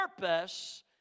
purpose